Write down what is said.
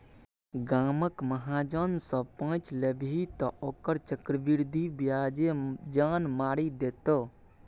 गामक महाजन सँ पैंच लेभी तँ ओकर चक्रवृद्धि ब्याजे जान मारि देतौ